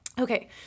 Okay